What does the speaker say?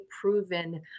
proven